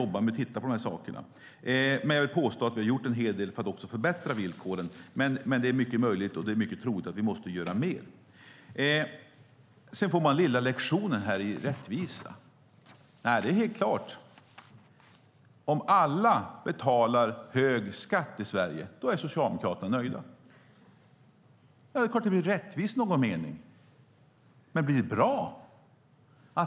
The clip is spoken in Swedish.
Jag vill dock påstå att vi har gjort en hel del för att förbättra villkoren, men det är mycket troligt att vi måste göra mer. Sedan får man lilla lektionen i rättvisa. Om alla betalar hög skatt i Sverige, då är Socialdemokraterna nöjda. Det är klart att det i någon mening blir rättvist, men blir det bra?